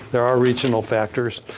there are regional factors.